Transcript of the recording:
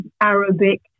Arabic